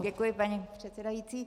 Děkuji, paní předsedající.